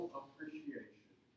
appreciation